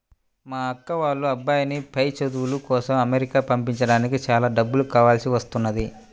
మా అక్క వాళ్ళ అబ్బాయిని పై చదువుల కోసం అమెరికా పంపించడానికి చాలా డబ్బులు కావాల్సి వస్తున్నది